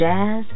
Jazz